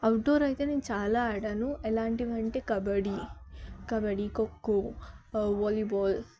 outdoor అయితే నేను చాలా ఆడాను ఎలాంటివి అంటే కబడ్డీ కబడ్డీ ఖోఖో వాలీబాల్